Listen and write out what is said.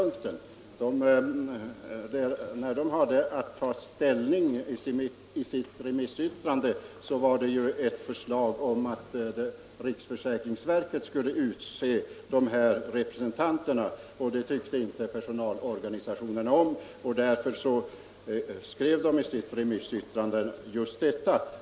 När förbundet hade att ta ställning i sitt remissyttrande gällde det ett förslag om att riksförsäkringsverket skulle utse personalrepresentanterna, och det tyckte inte personalorganisationerna om.